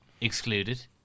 excluded